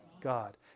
God